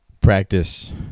practice